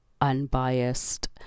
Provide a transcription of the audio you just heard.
unbiased